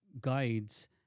guides